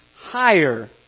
higher